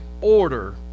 order